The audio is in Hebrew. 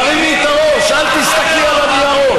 תרימי את הראש, אל תסתכלי על הניירות.